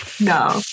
no